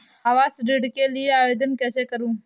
आवास ऋण के लिए आवेदन कैसे करुँ?